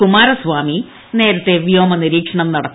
കുമാരസ്വാമി നേരത്തെ വ്യോമ നിരീക്ഷണം നടത്തി